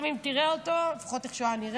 אם תראה אותו, לפחות איך שהוא היה נראה,